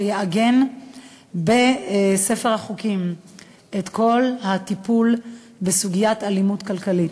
שיעגן בספר החוקים את כל הטיפול בסוגיית האלימות הכלכלית.